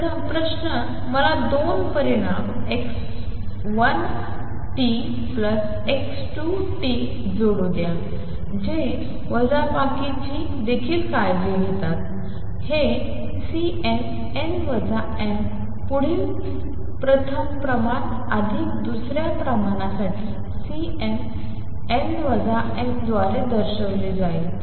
तर प्रथम प्रश्न मला दोन परिमाण x1 x2 जोडू द्या जे वजाबाकीची देखील काळजी घेते हे Cnn m पुढील प्रथम प्रमाण अधिक दुसऱ्या प्रमाणासाठी Cnn m द्वारे दर्शविले जाईल